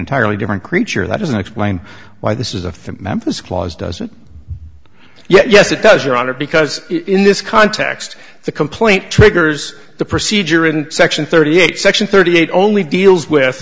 entirely different creature that doesn't explain why this is a fit memphis clause does it yes it does your honor because in this context the complaint triggers the procedure in section thirty eight section thirty eight only deals with